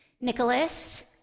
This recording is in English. Nicholas